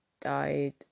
died